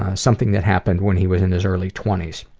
something that happened when he was in his early twenty s.